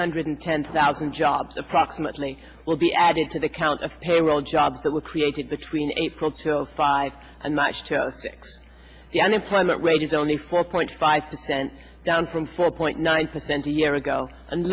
hundred ten thousand jobs approximately will be added to the count of payroll jobs that were created between april till five and much to six the unemployment rate is only four point five percent down from four point nine percent a year ago and